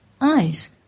eyes